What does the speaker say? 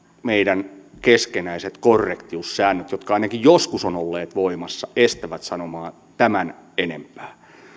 meidän keskinäiset korrektiussäännöt jotka ainakin joskus ovat olleet voimassa estävät sanomasta tämän enempää